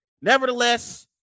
Nevertheless